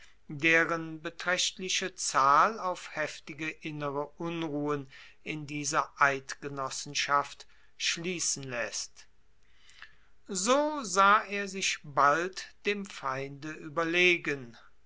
deren betraechtliche zahl auf heftige innere unruhen in dieser eidgenossenschaft schliessen laesst so sah er sich bald dem feinde ueberlegen